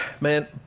Man